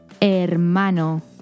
Hermano